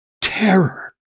terror